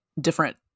different